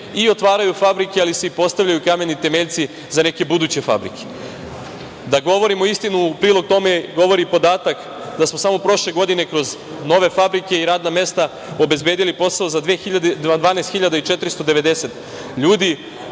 i otvaraju i fabrike, ali se i postavljaju kameni temeljci za neke buduće fabrike. Da govorimo istinu, u prilog tome govori podatak da smo samo prošle godine kroz nove fabrike i radna mesta obezbedili posao za 12.490 ljudi,